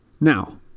Now